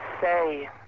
say